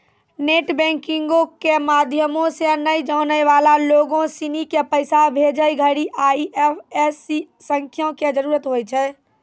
net बैंकिंगो के माध्यमो से नै जानै बाला लोगो सिनी के पैसा भेजै घड़ि आई.एफ.एस.सी संख्या के जरूरत होय छै